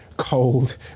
cold